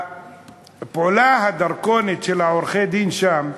הפעולה הדרקונית של עורכי-הדין שם,